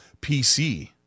PC